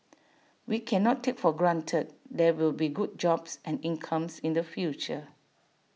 we cannot take for granted there will be good jobs and incomes in the future